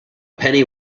penny